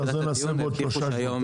אז נעשה עוד דיון בעוד שלושה שבועות,